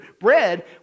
bread